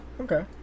Okay